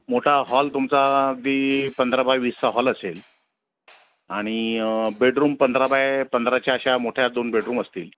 मोठा हॉल तुमचा अगदी पंधरा बाय वीसचा हॉल असेल आणि बेडरूम पंधरा बाय पंधराच्या अशा मोठ्या दोन बेडरूम असतील